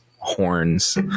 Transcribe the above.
horns